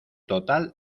total